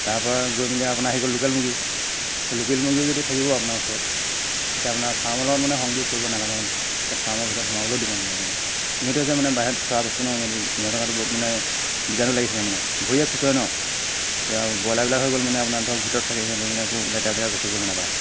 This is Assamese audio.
তাৰপৰা গৈ মেলি আৰু আপোনাৰ আহি গ'ল লোকেল মুৰ্গী সেই লোকেল মুৰ্গী যদি থাকিব আপোনাৰ ওচৰত এতিয়া আপোনাৰ ফাৰ্মৰ লগত মানে সংযোগ কৰিব নালাগে মানে তাত ফাৰ্মৰ ভিতৰত সোমাবলৈও দিব নালাগে মানে ইহঁতে হৈছে মানে বাহিৰত চৰা বস্তু ন সিহঁতি ইহঁত গাটো বহুত মানে বিজাণু লাগি থাকে মানে ভৰিয়ে খোচৰে ন তেতিয়া আৰু ব্ৰয়লাৰবিলাক হৈ গ'ল মানে আপোনাৰ ধৰক ভিতৰত থাকে সিহঁতে মানে একো লেতেৰা জেগা গচকিবলৈ নাপায়